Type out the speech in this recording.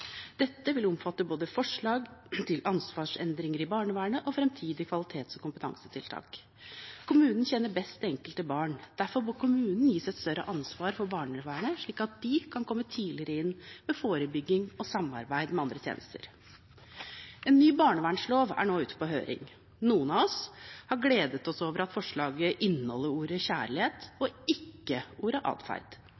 vil bli lagt fram i 2017. Denne vil omfatte både forslag til ansvarsendringer i barnevernet og framtidige kvalitets- og kompetansetiltak. Kommunene kjenner best det enkelte barn. Derfor bør kommunene gis et større ansvar for barnevernet, slik at de kan komme tidligere inn med forebygging og samarbeid med andre tjenester. En ny barnevernslov er nå ute på høring. Noen av oss har gledet oss over at forslaget inneholder ordet